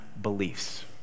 beliefs